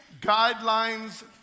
Guidelines